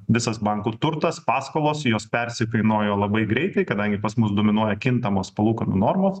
visas bankų turtas paskolos jos persikainojo labai greitai kadangi pas mus dominuoja kintamos palūkanų normos